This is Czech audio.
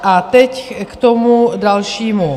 A teď k tomu dalšímu.